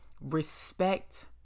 respect